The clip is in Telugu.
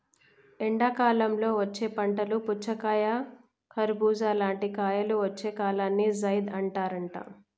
ఎండాకాలంలో వచ్చే పంటలు పుచ్చకాయ కర్బుజా లాంటి కాయలు వచ్చే కాలాన్ని జైద్ అంటారట